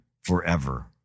forever